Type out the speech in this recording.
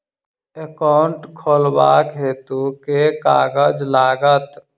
Account खोलाबक हेतु केँ कागज लागत?